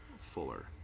Fuller